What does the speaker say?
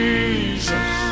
Jesus